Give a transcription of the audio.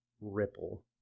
ripple